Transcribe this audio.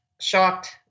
shocked